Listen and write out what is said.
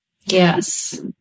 Yes